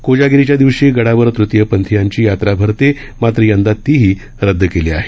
कोजागिरीच्या दिवशी गडावर तृतीय पंथीयांची यात्रा भरते मात्र यंदा ती देखील रदद केली आहे